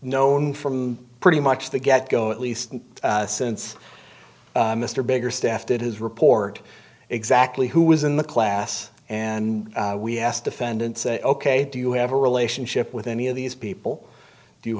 known from pretty much the get go at least since mr bigger staff did his report exactly who was in the class and we asked defendant say ok do you have a relationship with any of these people do